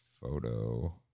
Photo